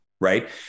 right